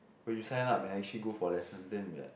when you signed up and actually go for lessons then you will be like